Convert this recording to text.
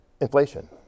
inflation